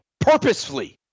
purposefully